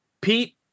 Pete